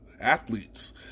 athletes